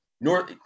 North